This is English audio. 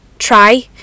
try